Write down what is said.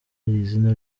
izina